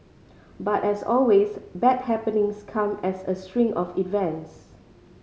but as always bad happenings come as a string of events